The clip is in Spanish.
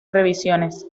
revisiones